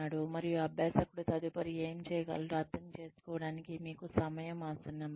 మరియు అభ్యాసకుడు తదుపరి ఏమి చేయగలడో అర్థం చేసుకోవడానికి మీకు సమయం ఆసన్నమైంది